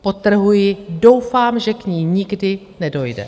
Podtrhuji doufám, že k ní nikdy nedojde.